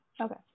Okay